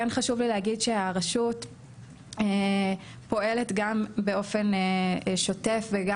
כן חשוב לי להגיד שהרשות פועלת גם באופן שוטף גם